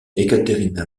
ekaterina